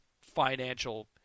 financial